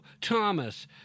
Thomas